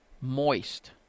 moist